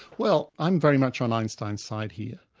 well i'm very much on einstein's side here.